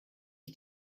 ich